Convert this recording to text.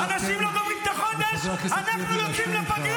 אנא תן לחבר הכנסת לוי להשמיע את